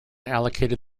allocated